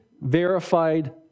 verified